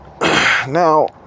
Now